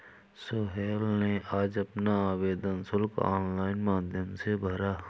सोहेल ने आज अपना आवेदन शुल्क ऑनलाइन माध्यम से भरा